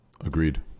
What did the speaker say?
Agreed